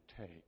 take